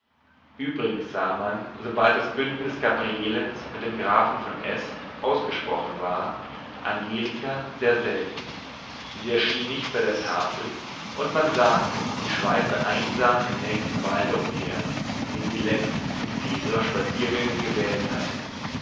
übrigens sah man sobald das bündnis gabrielens mit dem grafen von s ausgesprochen war angelika sehr selten sie erschien nicht bei der tafel und man sagte sie schweife einsam im nächsten walde umher den sie längst zum ziel ihrer spaziergänge gewählt hatte